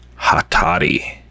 Hatari